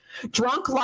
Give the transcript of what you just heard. Drunk